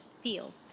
feel